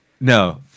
No